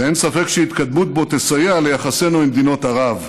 ואין ספק שההתקדמות בו תסייע ליחסינו עם מדינות ערב.